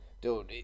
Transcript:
Dude